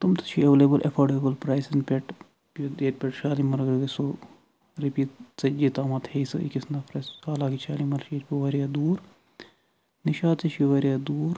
تم تہِ چھِ ایٚویلیبُل ایٚفوڈیبُل پرایسَن پٮ۪ٹھ ییٚتہِ پٮ۪ٹھ شالیمار اگر گَژھو رۄپیہِ ژَتجی تامَتھ ہیٚیہِ سُہ أکِس نَفرَس حالانٛکہِ شالیٖمار چھُ ییٚتہِ پٮ۪ٹھ واریاہ دوٗر نِشاط تہِ چھُ واریاہ دوٗر